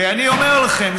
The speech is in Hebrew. ואני אומר לכם,